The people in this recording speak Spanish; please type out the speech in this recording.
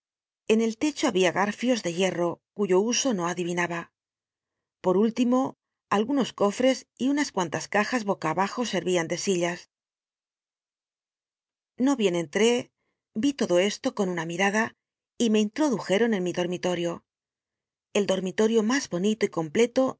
en el techo babia gatllos de hierro cuyo uso no adi inaba por último algunos cofres y unas cuan tas cajas boca aba jo senian de sillas no hien enlté lodo esto con una mi rada me introduj eron en mi dorrnilotio el dormil otio mas bonito y completo de